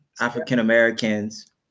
african-americans